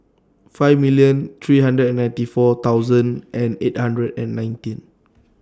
five million three hundred and ninety four thousand and eight hundred and nineteen